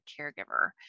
caregiver